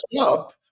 up